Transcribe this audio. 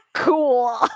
cool